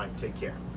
um take care.